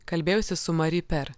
kalbėjausi su mari per